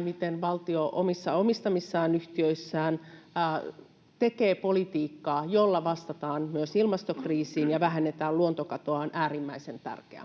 miten valtio omissa omistamissaan yhtiöissä tekee politiikkaa, jolla vastataan myös ilmastokriisiin ja vähennetään luontokatoa, on äärimmäisen tärkeää.